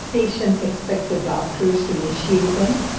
patients expect the doctors to initiate them,